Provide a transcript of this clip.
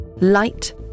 Light